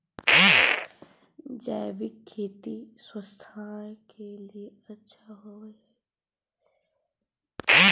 जैविक खेती स्वास्थ्य के लिए अच्छा होवऽ हई